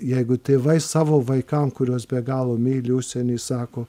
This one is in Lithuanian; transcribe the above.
jeigu tėvai savo vaikam kuriuos be galo myli užsieny sako